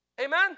Amen